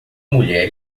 mulher